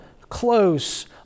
close